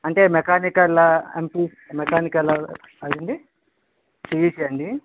అంటే మెకానికలా మెకానికలా అండి సిఈసా అండి